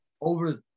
over